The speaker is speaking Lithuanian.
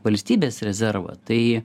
valstybės rezervą tai